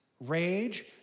rage